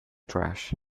trash